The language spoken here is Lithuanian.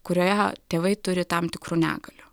kurioje tėvai turi tam tikrų negalių